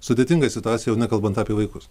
sudėtinga situacija jau nekalbant apie vaikus